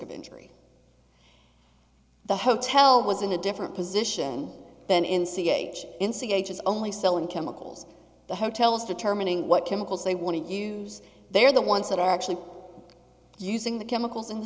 of injury the hotel was in a different position than in c h instigators only selling chemicals to hotels determining what chemicals they want to use they're the ones that are actually using the chemicals in the